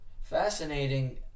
Fascinating